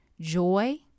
joy